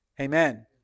Amen